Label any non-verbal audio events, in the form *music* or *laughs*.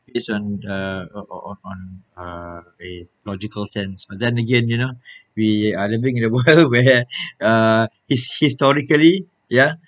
based on the on on on on a a logical sense but then again you know *breath* we are living in a world *laughs* where *breath* uh his~ historically ya